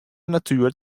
natuer